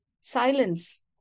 silence